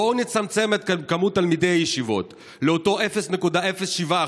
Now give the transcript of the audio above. בואו נצמצם את מספר תלמידי הישיבות לאותו 0.07%,